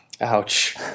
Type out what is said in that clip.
Ouch